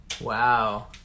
Wow